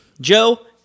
Joe